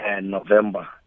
November